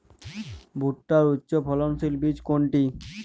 ভূট্টার উচ্চফলনশীল বীজ কোনটি?